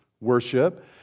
worship